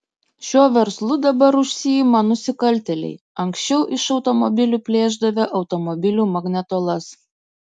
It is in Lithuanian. šiuo verslu dabar užsiima nusikaltėliai anksčiau iš automobilių plėšdavę automobilių magnetolas